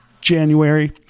January